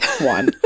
one